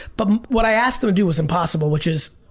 but what i asked him to do was impossible which is,